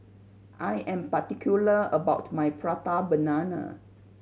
I am particular about my Prata Banana